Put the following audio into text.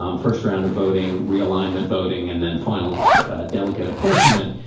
um first round of voting, realignment, voting and then final delegate apportionment